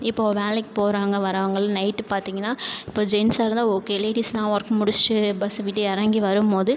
இப்போது வேலைக்கு போகிறாங்க வராங்க நைட் பார்த்திங்கன்னா இப்போது ஜென்ட்சாக இருந்தால் ஓகே லேடிஸ்னால் ஒர்க் முடிச்சி பஸ் விட்டு இறங்கி வரும் போது